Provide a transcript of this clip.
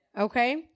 Okay